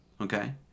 okay